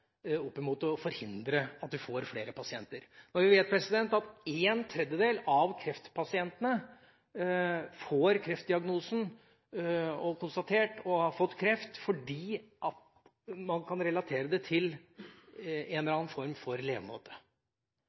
forhindre at vi får flere pasienter. Vi vet at for en tredjedel av pasientene som har fått konstatert kreft, kan kreftdiagnosen relateres til en eller annen form for levemåte.